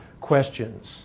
questions